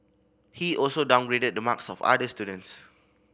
he also downgraded the marks of other students